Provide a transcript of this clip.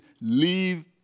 Leave